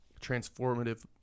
transformative